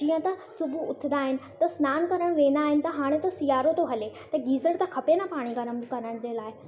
जीअं त सुबुह उथंदा आहिनि त सनानु करणु वेंदा आहिनि त हाणे त सियारो थो हले त गीज़र त खपे न पाणी गरमु करण जे लाइ